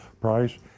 price